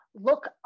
look